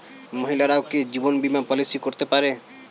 মহিলারাও কি জীবন বীমা পলিসি করতে পারে?